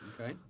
Okay